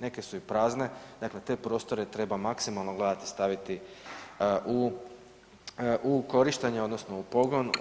Neke su i prazne, dakle te prostore treba maksimalno gledati i staviti u, u korištenje odnosno u pogon